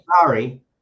sorry